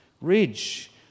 ridge